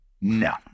no